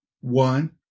One